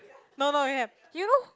no no have you know